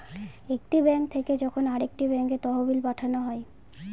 একটি ব্যাঙ্ক থেকে যখন আরেকটি ব্যাঙ্কে তহবিল পাঠানো হয়